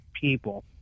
people